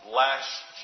last